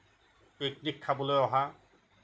picnic খাবলৈ অহা